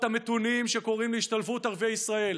המתונים שקוראים להשתלבות ערביי ישראל.